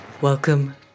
Welcome